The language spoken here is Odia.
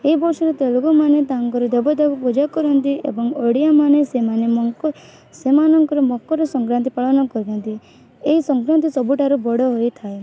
ଏଇ ବର୍ଷ ତେଲୁଗୁ ମାନେ ତାଙ୍କର ଦେବତାକୁ ପୂଜା କରନ୍ତି ଏବଂ ଓଡ଼ିଆ ମାନେ ସେମାନେ ସେମାନଙ୍କର ମକର ସଂକ୍ରାନ୍ତି ପାଳନ କରିଥାନ୍ତି ଏହି ସଂକ୍ରାନ୍ତି ସବୁଠାରୁ ବଡ଼ ହୋଇଥାଏ